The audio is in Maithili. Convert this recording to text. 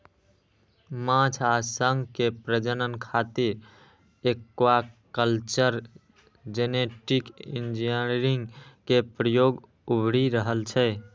माछ आ शंख के प्रजनन खातिर एक्वाकल्चर जेनेटिक इंजीनियरिंग के प्रयोग उभरि रहल छै